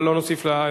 אבל לא נוסיף לחישוב,